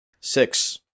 Six